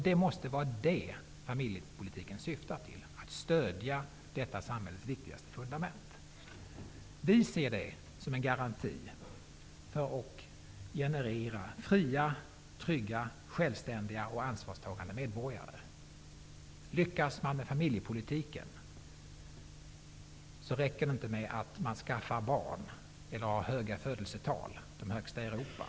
Det måste vara det som familjepolitiken syftar till, nämligen att stödja detta samhällets viktigaste fundament. Vi ser det som en garanti för att generera fria, trygga, självständiga och ansvarstagande medborgare. För att lyckas med familjepolitiken räcker det inte med att man skaffar barn eller har höga födelsetal -- de högsta i Europa.